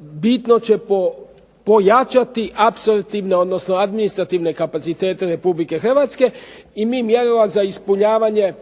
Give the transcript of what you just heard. bitno će pojačati …/Govornik se ne razumije./… odnosno administrativne kapacitete Republike Hrvatske i mi mjerila za ispunjavanje